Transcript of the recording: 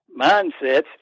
mindsets